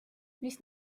mis